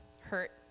hurt